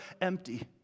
empty